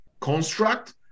construct